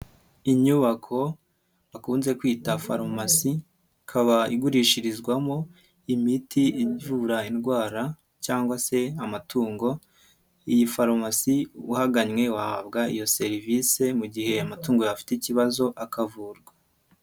Inyubako bakunze kwita farumasi ikaba igurishirizwamo imiti ivura indwara cyangwa se amatungo, iyi farumasi uhagannye wahabwa iyo serivisi mu gihe amatungo yawe afite ikibazo akavurwa.